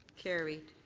carried.